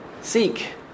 seek